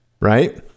Right